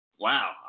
Wow